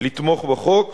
לתמוך בחוק